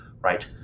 Right